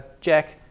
Jack